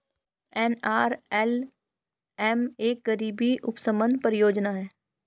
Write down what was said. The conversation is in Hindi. एन.आर.एल.एम एक गरीबी उपशमन परियोजना है